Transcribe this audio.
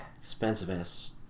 Expensive-ass